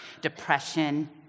depression